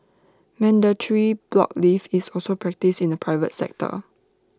mandatory block leave is also practised in the private sector